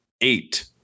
eight